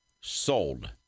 sold